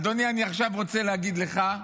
אדוני, אני עכשיו רוצה להגיד לך,